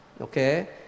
okay